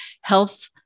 health